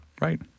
Right